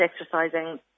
exercising